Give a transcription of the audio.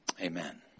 Amen